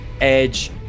Edge